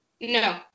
No